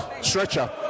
Stretcher